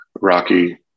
rocky